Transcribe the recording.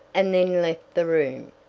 and then left the room.